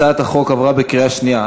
הצעת החוק עברה בקריאה שנייה.